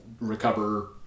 recover